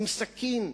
עם סכין.